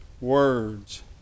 words